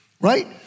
right